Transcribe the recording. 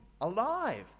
alive